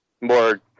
more